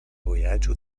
vojaĝo